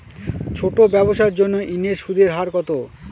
ছোট ব্যবসার জন্য ঋণের সুদের হার কত?